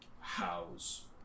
house